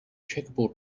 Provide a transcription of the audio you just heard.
checkerboard